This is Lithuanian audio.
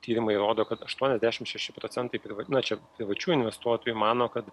tyrimai rodo kad aštuoniasdešimt šeši procentai priva nu čia privačių investuotojų mano kad